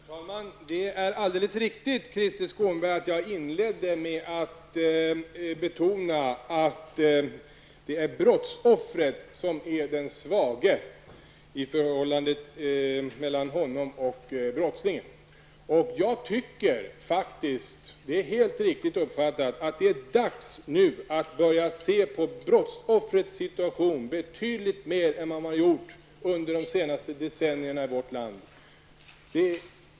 Herr talman! Det är alldeles riktigt, Krister Skånberg, att jag inledde med att betona att det är brottsoffret som är den svage i förhållande till brottslingen. Det är helt riktigt uppfattat att jag tycker att det nu är dags att börja se på brottsoffrens situation betydligt mer än vad man har gjort under de senaste decennierna i vårt land.